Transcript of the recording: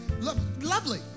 lovely